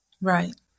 Right